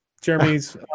Jeremy's